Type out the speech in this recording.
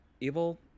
evil